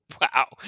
wow